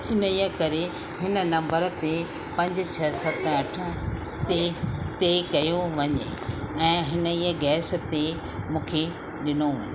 इन ई करे हिन नंबर ते पंज छह सत अठ ते ते कयो वञे ऐं हिन ई गैस ते मूंखे ॾिनो वञे